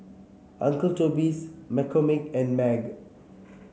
Uncle Toby's McCormick and MAG